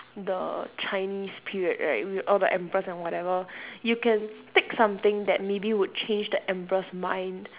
the chinese period right with all that emperors and whatever you can take something that maybe would change the emperor's mind